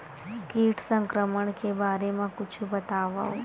कीट संक्रमण के बारे म कुछु बतावव?